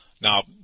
Now